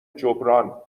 جبران